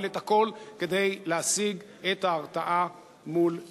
אבל את הכול, כדי להשיג את ההרתעה מול אירן.